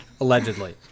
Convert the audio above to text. allegedly